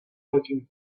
looking